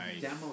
demo